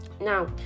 Now